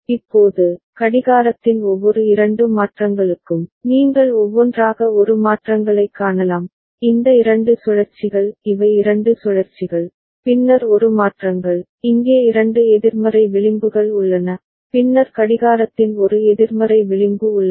இப்போது கடிகாரத்தின் ஒவ்வொரு இரண்டு மாற்றங்களுக்கும் நீங்கள் ஒவ்வொன்றாக ஒரு மாற்றங்களைக் காணலாம் இந்த இரண்டு சுழற்சிகள் இவை இரண்டு சுழற்சிகள் பின்னர் ஒரு மாற்றங்கள் இங்கே இரண்டு எதிர்மறை விளிம்புகள் உள்ளன பின்னர் கடிகாரத்தின் ஒரு எதிர்மறை விளிம்பு உள்ளது